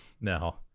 No